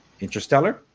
Interstellar